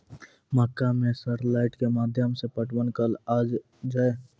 मक्का मैं सर लाइट के माध्यम से पटवन कल आ जाए?